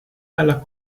alla